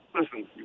listen